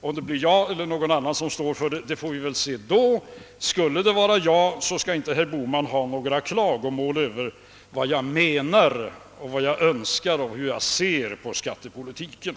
Om det blir jag eller någon annan som står för den får vi se då. Skulle det vara jag skall herr Bohman inte behöva klaga över att jag inte har talat om vad jag menar, vad jag önskar och hur jag ser på skattepolitiken.